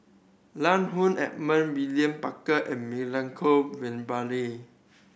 Lan Woo William Barker and Milenko